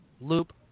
Loop